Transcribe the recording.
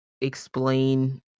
explain